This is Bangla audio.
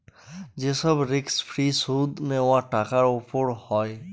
যে সব রিস্ক ফ্রি সুদ নেওয়া টাকার উপর হয়